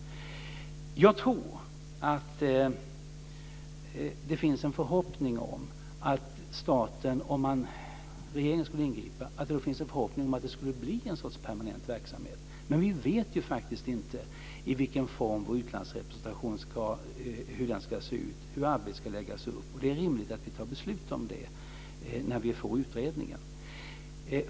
Jag tror att det finns en förhoppning om att det skulle bli en permanent verksamhet, om staten - regeringen - skulle ingripa. Men vi vet inte hur vår utlandsrepresentation ska se ut, hur arbetet ska läggas upp. Det är rimligt att vi fattar beslut om det när vi får utredningen.